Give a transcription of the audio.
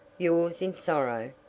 yours, in sorrow,